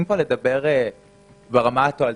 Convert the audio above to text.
אם כבר לדבר ברמה התועלתנית,